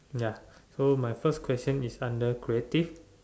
ya so my first question is under creative